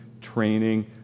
training